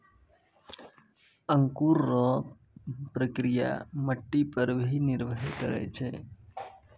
अंकुर रो प्रक्रिया मट्टी पर भी निर्भर करै छै